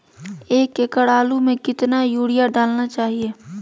एक एकड़ आलु में कितना युरिया डालना चाहिए?